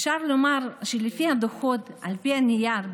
אפשר לומר שלפי הדוחות ועל פי הנייר,